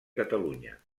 catalunya